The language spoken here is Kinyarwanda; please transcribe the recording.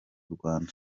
rwanda